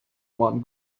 one